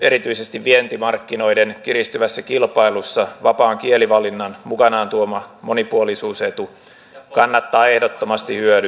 erityisesti vientimarkkinoiden kiristyvässä kilpailussa vapaan kielivalinnan mukanaan tuoma monipuolisuusetu kannattaa ehdottomasti hyödyntää